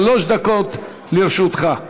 שלוש דקות לרשותך.